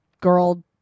girl